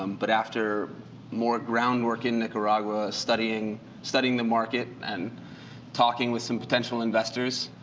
um but after more groundwork in nicaragua, studying studying the market. and talking with some potential investors,